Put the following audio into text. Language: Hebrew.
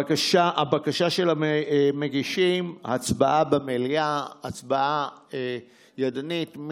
הבקשה של המגישים: הצבעה במליאה, הצבעה ידנית.